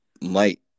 light